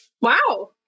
Wow